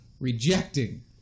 rejecting